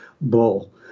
bull